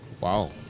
Wow